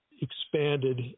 expanded